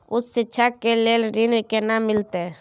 उच्च शिक्षा के लेल ऋण केना मिलते?